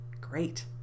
Great